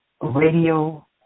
radio